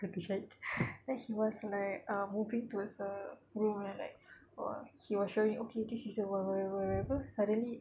what the shit then he was like uh moving towards a room lah like he was showing okay this is the one whatever whatever suddenly